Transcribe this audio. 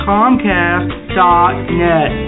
Comcast.net